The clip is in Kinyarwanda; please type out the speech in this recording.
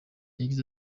yagize